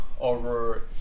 over